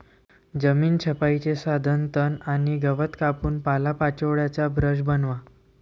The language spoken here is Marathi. जमीन छपाईचे साधन तण आणि गवत कापून पालापाचोळ्याचा ब्रश बनवा